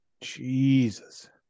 jesus